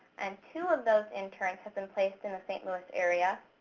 and two of those interns have been placed in the st. louis area.